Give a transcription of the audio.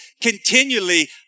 continually